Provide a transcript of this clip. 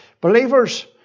Believers